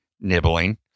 nibbling